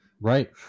right